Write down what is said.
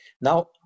Now